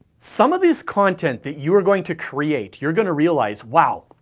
some of this content that you are going to create you're gonna realize, wow,